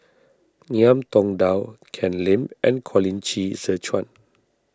Ngiam Tong Dow Ken Lim and Colin Qi Zhe Quan